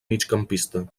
migcampista